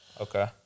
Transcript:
Okay